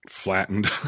Flattened